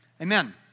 Amen